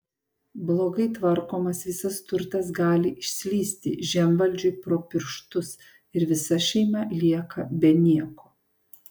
blogai tvarkomas visas turtas gali išslysti žemvaldžiui pro pirštus ir visa šeima lieka be nieko